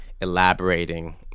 elaborating